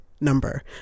number